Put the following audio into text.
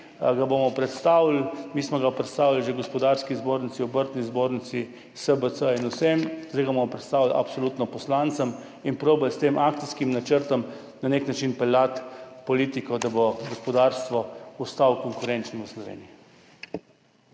ga bomo predstavili. Mi smo ga predstavili že Gospodarski zbornici, Obrtni zbornici, SBC in vsem, zdaj ga bomo absolutno predstavili poslancem in poskusili s tem akcijskim načrtom na nek način peljati politiko, da bo gospodarstvo ostalo konkurenčno v Sloveniji.